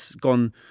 gone